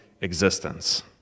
existence